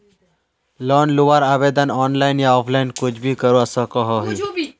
Loan लुबार आवेदन online या ऑफलाइन कुछ भी करवा सकोहो ही?